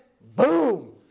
boom